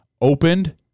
opened